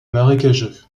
marécageux